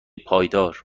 پایدار